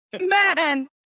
man